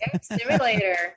simulator